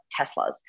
Teslas